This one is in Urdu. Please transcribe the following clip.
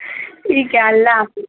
ٹھیک ہے اللہ حافظ